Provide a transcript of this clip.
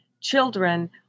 children